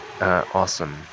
Awesome